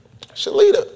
Shalita